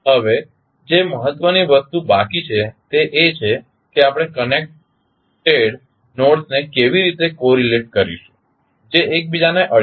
હવે જે મહત્વની વસ્તુ બાકી છે તે એ છે કે આપણે કનેક્ટેડ નોડ્સને કેવી રીતે કોરિલેટ કરીશું જે એકબીજાને અડીને છે